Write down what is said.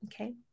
okay